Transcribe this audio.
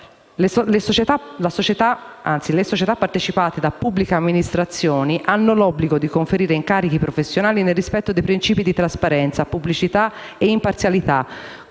Le società partecipate da pubbliche amministrazioni hanno l'obbligo di conferire incarichi professionali nel rispetto dei principi di trasparenza, pubblicità e imparzialità,